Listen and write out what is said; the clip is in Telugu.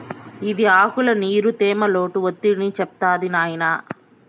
ఇది ఆకుల్ల నీరు, తేమ, లోటు ఒత్తిడిని చెప్తాది నాయినా